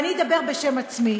ואני אדבר בשם עצמי,